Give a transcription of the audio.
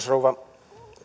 rouva